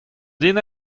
din